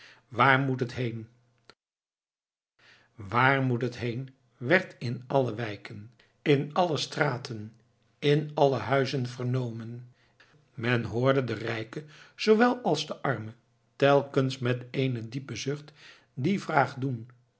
waar moet het heen waar moet het heen werd in alle wijken in alle straten in alle huizen vernomen men hoorde den rijke zoowel als den arme telkens met eenen diepen zucht die vraag doen